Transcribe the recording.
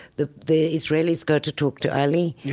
the the israelis go to talk to ali, yeah,